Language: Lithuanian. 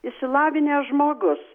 išsilavinęs žmogus